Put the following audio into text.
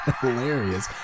hilarious